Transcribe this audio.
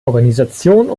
organisation